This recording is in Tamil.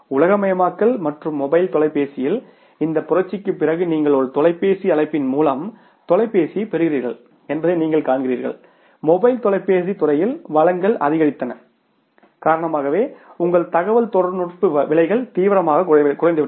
உலகமயமாக்கல் மற்றும் மொபைல் தொலைபேசியில் இந்த புரட்சிக்குப் பிறகு நீங்கள் ஒரு தொலைபேசி அழைப்பின் மூலம் தொலைபேசியைப் பெறுகிறீர்கள் என்பதை நீங்கள் காண்கிறீர்கள் மொபைல் தொலைபேசி துறையில் வழங்கல் அதிகரித்ததன் காரணமாகவே உங்கள் தகவல்தொடர்பு விலைகள் தீவிரமாக குறைந்துவிட்டன